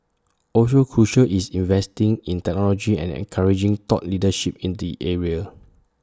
also crucial is investing in technology and encouraging thought leadership in the area